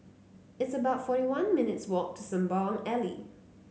it's about forty one minutes' walk to Sembawang Alley